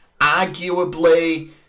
arguably